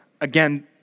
again